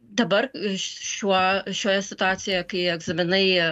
dabar šiuo šioje situacijoje kai egzaminai